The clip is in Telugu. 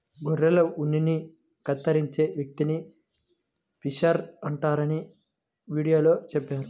గొర్రెల ఉన్నిని కత్తిరించే వ్యక్తిని షీరర్ అంటారని వీడియోలో చెప్పారు